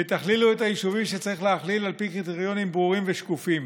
ותכללו את היישובים שצריך לכלול על פי קריטריונים ברורים ושקופים.